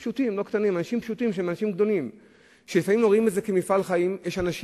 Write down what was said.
כאשר רחובות שלמים נסגרים ובהם מחולקות חבילות מגוונות של מזון,